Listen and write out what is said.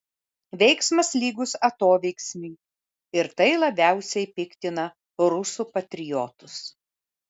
veiksmas lygus atoveiksmiui ir tai labiausiai piktina rusų patriotus